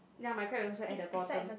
ya my crab also at the bottom